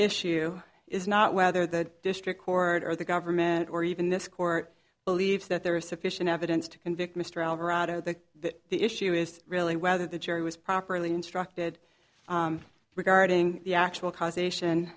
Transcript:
issue is not whether the district court or the government or even this court believes that there is sufficient evidence to convict mr alvarado the that the issue is really whether the jury was properly instructed regarding the actual causation